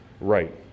right